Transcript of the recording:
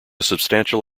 substantial